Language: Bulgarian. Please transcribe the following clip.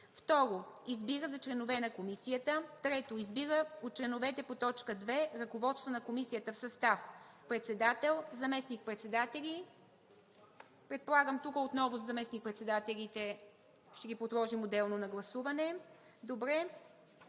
2. Избира за членове на комисията: 3. Избира от членовете по т. 2 ръководство на комисията в състав: Председател: Заместник-председатели:“ Предполагам, тук отново заместник-председателите ще ги подложим отделно на гласуване. (Шум